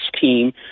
team